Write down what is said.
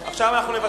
מה אנחנו,